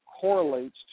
correlates